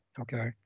okay